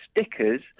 stickers